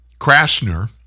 Krasner